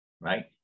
Right